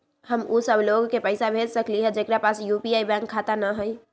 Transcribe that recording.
हम उ सब लोग के पैसा भेज सकली ह जेकरा पास यू.पी.आई बैंक खाता न हई?